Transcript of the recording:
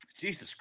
Jesus